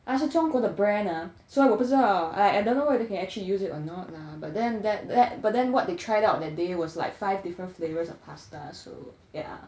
ah 是中国的 brand ah 所以我不知道 I don't know whether can actually use it or not lah but then that that but then what they tried out that day was like five different flavours of pasta so yeah